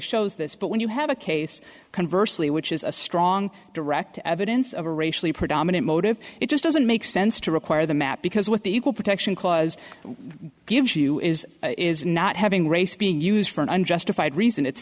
shows this but when you have a case conversely which is a strong direct evidence of a racially predominant motive it just doesn't make sense to require the map because what the equal protection clause gives you is is not having race being used for an unjustified reason it's